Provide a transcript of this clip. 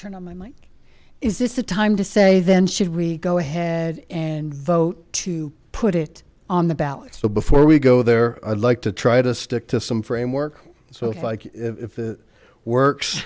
turn on my mind is this the time to say then should we go ahead and vote to put it on the ballot so before we go there i'd like to try to stick to some framework so if i can if it works